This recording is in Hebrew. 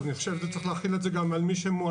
אז אני חושב שצריך להחיל את זה גם על מי שמועסק